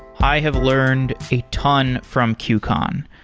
i have learned a ton from qcon.